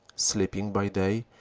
sleeping by day,